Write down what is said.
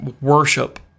worship